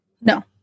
no